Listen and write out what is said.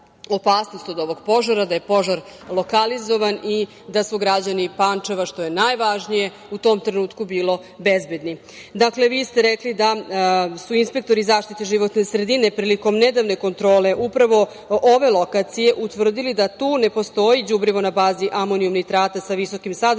dalja opasnost od ovog požara, da je požar lokalizovan i da su građani Pančeva, što je najvažnije u tom trenutku bili, bezbedni. Dakle, vi ste rekli da su inspektori zaštite životne sredine prilikom nedavne kontrole upravo ove lokacije, utvrdili da tu ne postoji đubrivo na bazi amonijum-nitrata sa visokim sadržajem